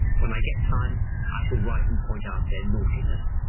when i get time i shall write and point out their naughtiness.